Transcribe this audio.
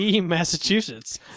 Massachusetts